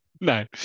No